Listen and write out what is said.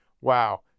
Wow